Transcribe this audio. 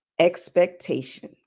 expectation